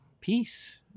peace